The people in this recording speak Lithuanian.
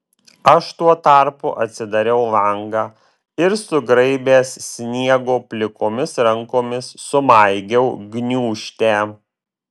aš tuo tarpu atsidariau langą ir sugraibęs sniego plikomis rankomis sumaigiau gniūžtę